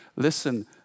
Listen